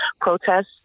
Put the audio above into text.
protests